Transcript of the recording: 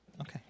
Okay